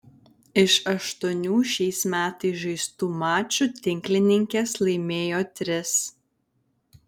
iš aštuonių šiais metais žaistų mačų tinklininkės laimėjo tris